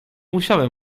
musiałem